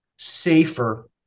safer